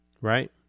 right